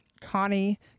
Connie